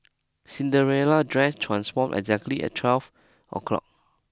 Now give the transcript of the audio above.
Cinderella dress transformed exactly at twelve o' clock